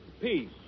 peace